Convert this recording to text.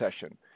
session